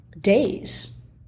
days